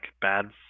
Bad